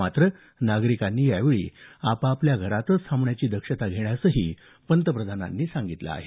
मात्र नागरिकांनी आपापल्या घरातच थांबवण्याची दक्षता घेण्यासही पंतप्रधानांनी सांगितलं आहे